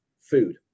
food